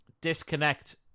disconnect